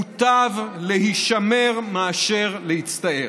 "מוטב להישמר מאשר להצטער".